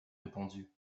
répondu